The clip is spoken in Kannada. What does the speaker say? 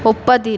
ಒಪ್ಪದಿರು